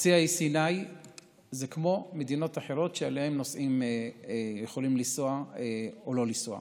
חצי האי סיני זה כמו מדינות אחרות שאליהן יכולים לנסוע או לא לנסוע.